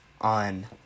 on